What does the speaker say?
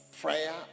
prayer